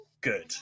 good